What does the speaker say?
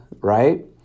Right